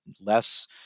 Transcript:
less